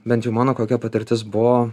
bent jau mano kokia patirtis buvo